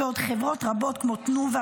ועוד חברות רבות כמו תנובה,